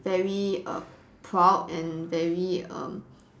very err proud and very um